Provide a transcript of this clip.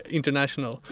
international